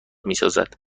میسازد